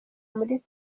muri